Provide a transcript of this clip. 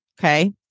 Okay